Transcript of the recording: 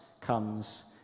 comes